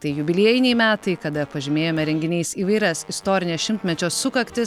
tai jubiliejiniai metai kada pažymėjome renginiais įvairias istorines šimtmečio sukaktis